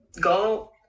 Go